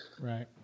Right